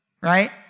Right